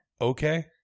okay